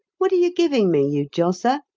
what are you giving me, you josser?